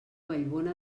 vallbona